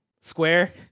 Square